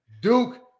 Duke